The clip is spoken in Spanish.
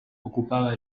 ocupaba